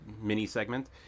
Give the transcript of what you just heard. mini-segment